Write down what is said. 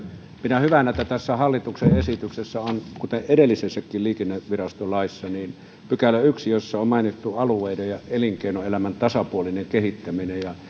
pidän hyvänä että tässä hallituksen esityksessä on kuten edellisessäkin liikennevirasto laissa ensimmäinen pykälä jossa on mainittu alueiden ja elinkeinoelämän tasapuolinen kehittäminen